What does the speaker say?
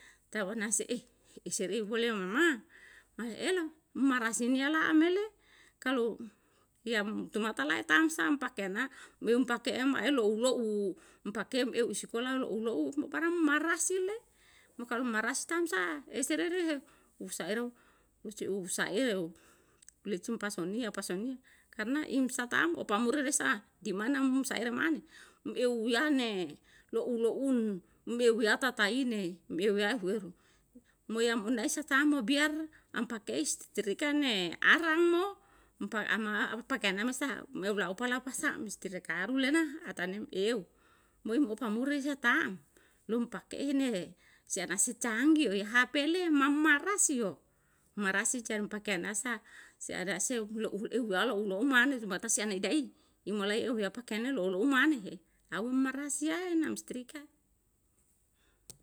Tau nase'e eseleo bole mama ma elo marasini ela amele kalu iyam tomatala eta amsa pakena beum pake mae lou lou umpakeu sekolah lou lou barang marasi le mo kalu marasi tamsa eserere usahero uci usa eo blici pasonia pasonia karna imsataam opamuri resa dimana sair mane eu yane loun loun beu yatatain ne beu yau heru moyangundasi tamo biar am pake istrikane arang mo um ana ana sa meu laupalasa istrika aru lena ata inaa eu mo epamuri retang lum pakehene sianasi canggi hp le mamarasio marasican pakenasa seada seu lehu lehu galau lou mane matasia naikai i mulai ehu ya pakena lou lou mane aum marasia e nam strika